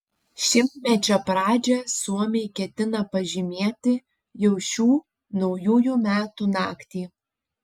šimtmečio pradžią suomiai ketina pažymėti jau šių naujųjų metų naktį